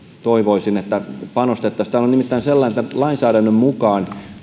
toivoisin että panostettaisiin tämähän on nimittäin sellainen että lainsäädännön mukaan